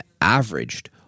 averaged